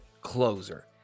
closer